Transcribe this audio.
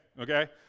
okay